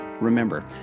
Remember